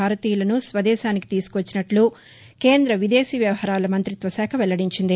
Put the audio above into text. భారతీయులను స్వదేశానికి తీసుకొచ్చినట్లు విదేశీ వ్యవహారాల మంతిత్వ శాఖ వెల్లడించింది